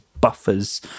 buffers